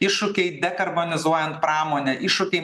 iššūkiai dekarbonizuojant pramonę iššūkiai